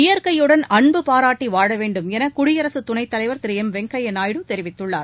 இயற்கையுடன் அன்பு பாராட்டி வாழ வேண்டும் என குடியரசுத் துணைத் தலைவர் திரு எம் வெங்கையா நாயுடு தெரிவித்துள்ளார்